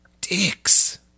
Dicks